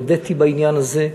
הודיתי בעניין הזה.